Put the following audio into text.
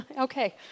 Okay